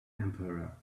emperor